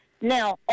Now